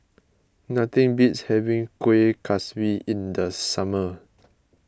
nothing beats having Kueh Kaswi in the summer